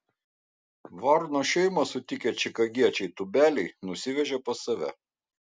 varno šeimą sutikę čikagiečiai tūbeliai nusivežė pas save